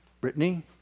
Brittany